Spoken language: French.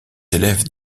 élèves